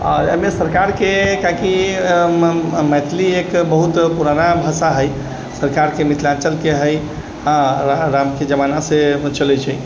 आओर एहिमे सरकारके कियाकि मैथिली एक बहुत पुराना भाषा हइ सरकारके मिथिलाञ्चलके हइ हँ रामके जमानासँ चलै छै